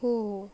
हो हो